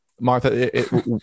Martha